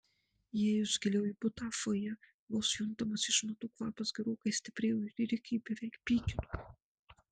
įėjus giliau į butą fojė vos juntamas išmatų kvapas gerokai stiprėjo ir rikį beveik pykino